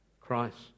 Christ